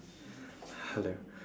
hello